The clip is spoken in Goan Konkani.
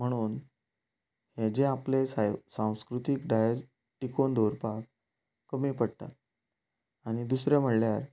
म्हणून हे जे आपले सांस्कृतीक दायज टिकोवन दवरपाक कमी पडटा आनी दुसरे म्हणल्यार